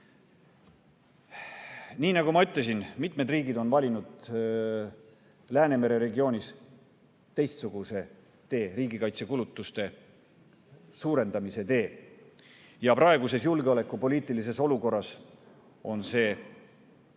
nagu ma ütlesin, mitmed riigid on valinud Läänemere regioonis teistsuguse tee, riigikaitsekulutuste suurendamise tee. Praeguses julgeolekupoliitilises olukorras on see olnud